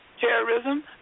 terrorism